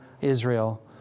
Israel